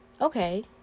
okay